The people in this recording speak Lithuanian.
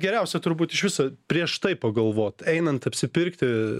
geriausia turbūt iš viso prieš tai pagalvot einant apsipirkti